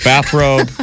bathrobe